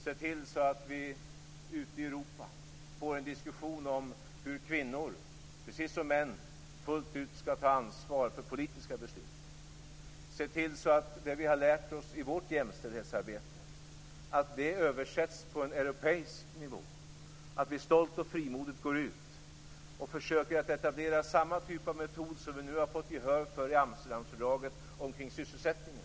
Låt oss se till att ute i Europa få en diskussion om hur kvinnor, precis som män, fullt ut skall ta ansvar för politiska beslut. Låt oss se till att det som vi har lärt oss i vårt jämställdhetsarbete översätts på europeisk nivå. Låt oss stolt och frimodigt gå ut och försöka att etablera samma typ av metod som vi nu har fått gehör för i Amsterdamfördraget omkring sysselsättningen.